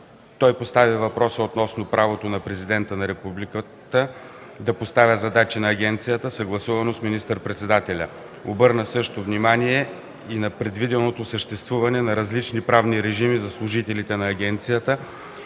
Той постави въпроса относно правото на президента на Републиката да поставя задачи на агенцията, съгласувано с министър-председателя. Обърна също така внимание и на предвиденото съществуване на различни правни режими за служителите на агенцията,